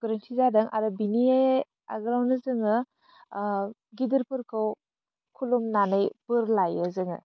गोरोन्थि जादों आरो बिनि आगोलयावनो जोङो गिदिरफोरखौ खुलुमनानै बोर लायो जोङो